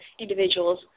individuals